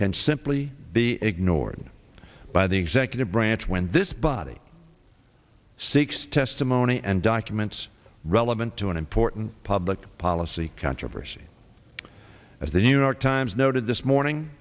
can simply be ignored by the executive branch when this body seeks testimony and documents relevant to an important public policy controversy as the new york times noted this morning